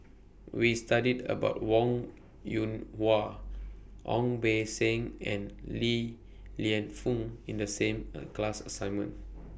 We studied about Wong Yoon Wah Ong Beng Seng and Li Lienfung in The same class assignment